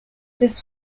this